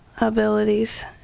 abilities